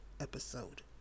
episode